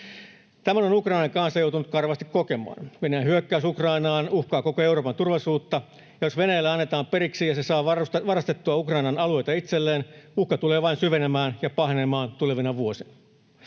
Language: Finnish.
Tämän on Ukrainan kansa joutunut karvaasti kokemaan. Venäjän hyökkäys Ukrainaan uhkaa koko Euroopan turvallisuutta, ja jos Venäjälle annetaan periksi ja se saa varastettua Ukrainan alueita itselleen, uhka tulee vain syvenemään ja pahenemaan tulevina vuosina.